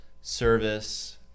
service